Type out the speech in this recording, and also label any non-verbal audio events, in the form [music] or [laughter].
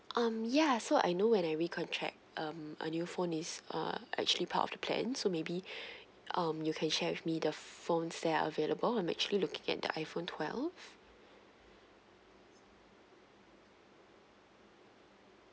um ya so I know when I recontract um a new phone is uh actually part of the plan so maybe [breath] um you can share with me the phones there're available and I'm actually looking at the iphone twelve